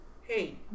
hey